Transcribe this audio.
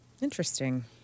Interesting